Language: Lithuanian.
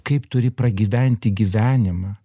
kaip turi pragyventi gyvenimą